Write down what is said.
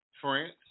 France